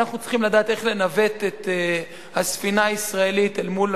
ואנחנו צריכים לדעת איך לנווט את הספינה הישראלית אל מול